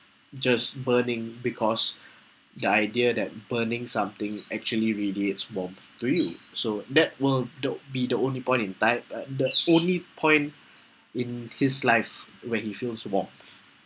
just burning because the idea that burning something actually radiates warmth to you so that will the be the only point in time uh the only point in his life when he feels warm